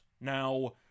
Now